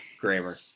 Grammar